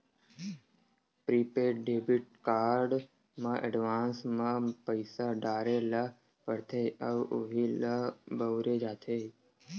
prepaid debit card म advance म पइसा डारे ल परथे अउ उहीं ल बउरे जाथे